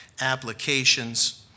applications